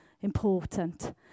important